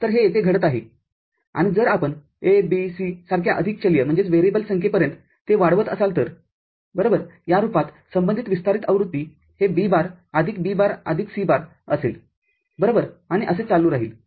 तर हे येथे घडत आहे आणि जर आपण येथे A B C सारख्या अधिक चलीयसंख्येपर्यंत ते वाढवत असाल तर बरोबरया रूपात संबंधित विस्तारित आवृत्ती हे A बारआदिक B बार आदिक C बार असेल बरोबर आणि असेच चालू राहील